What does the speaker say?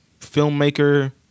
filmmaker